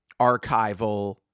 archival